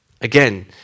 again